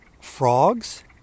frogs